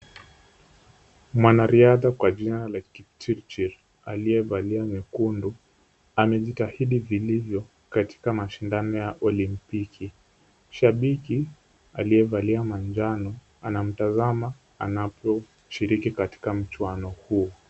Mwanariadha kwa jina la Kipchirchir aliyevalia nyekundu, amejitahidi vilivyo katika mashindano ya olimpiki. Shabiki aliyevalia manjano anamtazama anaposhiriki katika mchuano huo.